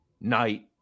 night